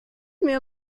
mir